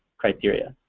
criteria.